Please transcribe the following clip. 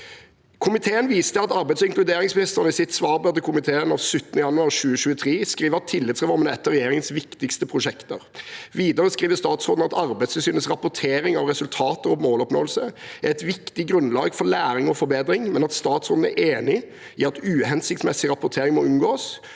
Komiteen viser til at arbeids- og inkluderingsministeren i sitt svarbrev til komiteen av 17. januar 2023 skriver: «Tillitsreformen er ett av regjeringens viktigste prosjekter». Videre skriver statsråden at Arbeidstilsynets rapportering av resultater og måloppnåelse er et viktig grunnlag for læring og forbedring, men at hun er enig i at uhensiktsmessig rapportering må unngås,